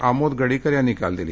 आमोद गडीकर यांनी काल दिली